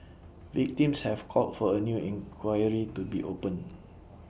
victims have called for A new inquiry to be opened